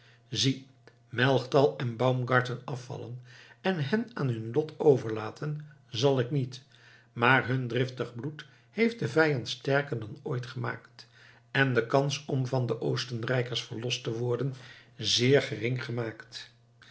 zie melchtal en baumgarten afvallen en hen aan hun lot overlaten zal ik niet maar hun driftig bloed heeft den vijand sterker dan ooit gemaakt en de kans om van de oostenrijkers verlost te worden zeer gering gemaakt